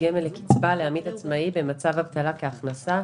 גמל לקצבה לעמית עצמאי במצב אבטלה כהכנסה),